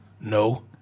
No